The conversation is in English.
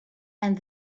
and